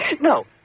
No